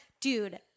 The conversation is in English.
dude